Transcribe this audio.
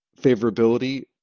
favorability